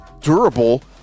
durable